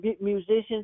musicians